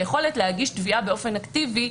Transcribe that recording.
היכולת להגיש תביעה באופן אקטיבי,